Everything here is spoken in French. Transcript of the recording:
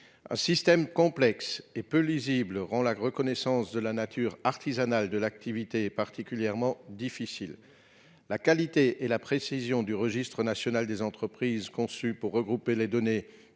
Un système complexe et peu lisible rend la reconnaissance de la nature artisanale de l'activité particulièrement difficile. La qualité et la précision du registre national des entreprises, conçu pour regrouper les données